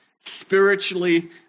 Spiritually